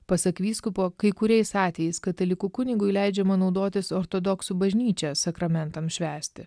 pasak vyskupo kai kuriais atvejais katalikų kunigui leidžiama naudotis ortodoksų bažnyčia sakramentam švęsti